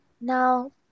Now